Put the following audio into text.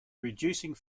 reducing